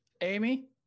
Amy